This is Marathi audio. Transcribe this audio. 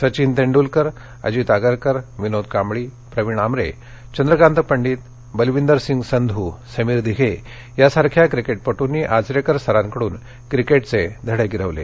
सचिन तेंडुलकर अजित आगरकर विनोद कांबळी प्रवीण आमरे चंद्रकांत पंडित बलविंदर सिंग संधू समीर दिघे यासारख्या क्रिकेटपटूंनी आचरेकर सरांकडून क्रिकेटचे धडे गिरवले